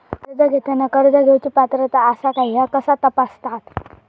कर्ज घेताना कर्ज घेवची पात्रता आसा काय ह्या कसा तपासतात?